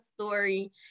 story